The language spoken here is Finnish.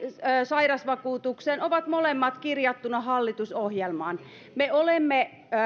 sairausvakuutukseen ovat molemmat kirjattuina hallitusohjelmaan me olemme